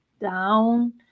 down